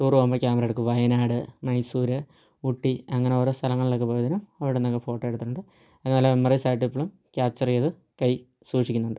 tour പോകുമ്പോൾ camera എടുക്കും വയനാട് മൈസൂർ ഊട്ടി അങ്ങനെ ഓരോ സ്ഥലങ്ങളിലൊക്കെ പോയതിന് അവിടുന്ന് ഒക്കെ ഫോട്ടോ എടുത്തിട്ടുണ്ട് അങ്ങനെ നല്ല മെമ്മറീസ് ആയിട്ടിപ്പോളും ക്യാപ്ചർ ചെയ്ത് കൈയ്യിൽ സൂക്ഷിക്കുന്നുണ്ട്